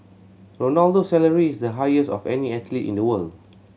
Ronaldo's salary is the highest of any athlete in the world